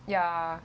ya